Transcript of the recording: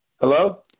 Hello